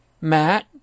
Matt